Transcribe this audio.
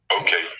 Okay